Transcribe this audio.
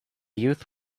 youth